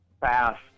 Fast